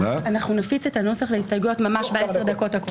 אנחנו נפיץ את הנוסח להסתייגויות ב-10 הדקות הקרובות.